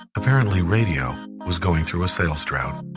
apparently, radio was going through a sales drought.